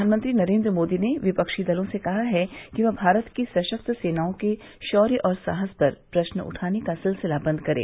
प्रधानमंत्री नरेन्द्र मोदी ने विपक्षी दलों से कहा है कि वह भारत की सशक्त सेनाओं के शौर्य और साहस पर प्रश्न उठाने का सिलसिला बन्द करें